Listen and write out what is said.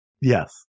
Yes